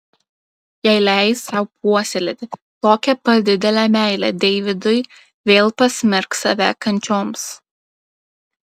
jei leis sau puoselėti tokią pat didelę meilę deividui vėl pasmerks save kančioms